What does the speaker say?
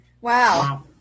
wow